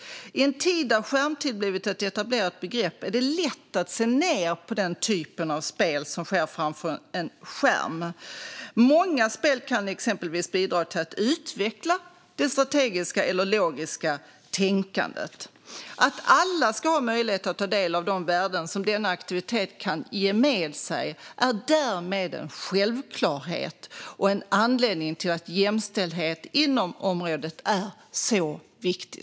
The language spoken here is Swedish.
I en tid där skärmtid blivit ett etablerat begrepp är det lätt att se ned på den typ av spel som sker framför en skärm. Många spel kan exempelvis bidra till att utveckla det strategiska eller logiska tänkandet. Att alla ska ha möjlighet att ta del av de värden som denna aktivitet kan föra med sig är därmed en självklarhet och en anledning till att jämställhet inom området är så viktig.